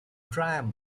triumph